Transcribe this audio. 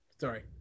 sorry